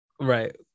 Right